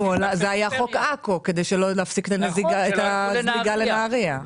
חוק עכו היה בשביל להפסיק את הזליגה לנהריה.